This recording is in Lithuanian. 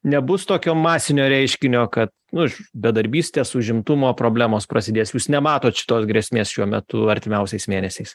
nebus tokio masinio reiškinio kad už bedarbystės užimtumo problemos prasidės jūs nematot šitos grėsmės šiuo metu artimiausiais mėnesiais